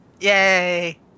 Yay